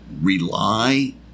Rely